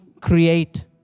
create